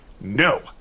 No